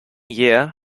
year